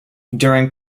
during